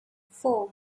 four